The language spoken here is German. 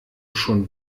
schon